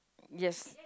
yes